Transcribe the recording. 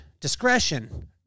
discretion